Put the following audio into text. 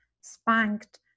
spanked